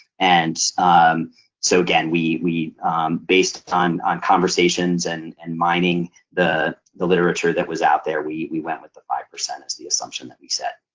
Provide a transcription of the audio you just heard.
and so again, we we based on conversations and and mining the the literature that was out there, we we went with the five-percent as the assumption that we said.